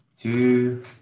two